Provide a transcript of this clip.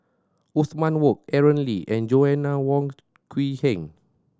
Othman Wok Aaron Lee and Joanna Wong Quee Heng